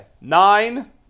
Nine